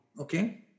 Okay